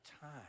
time